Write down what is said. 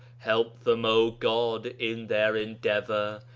help them, o god, in their endeavor,